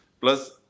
Plus